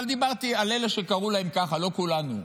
אבל דיברתי על אלה שקראו להם ככה, לא כולנו,